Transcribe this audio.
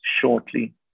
shortly